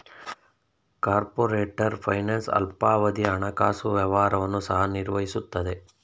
corporate finance ಅಲ್ಪಾವಧಿಯ ಹಣಕಾಸು ವ್ಯವಹಾರವನ್ನು ಸಹ ನಿರ್ವಹಿಸುತ್ತದೆ